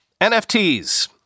NFTs